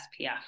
SPF